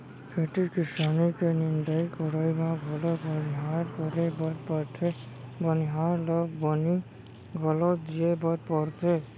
खेती किसानी के निंदाई कोड़ाई म घलौ बनिहार करे बर परथे बनिहार ल बनी घलौ दिये बर परथे